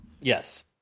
yes